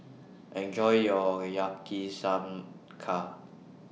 Enjoy your Yakizakana